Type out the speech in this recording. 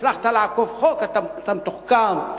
הצלחת לעקוף חוק, אתה מתוחכם.